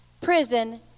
prison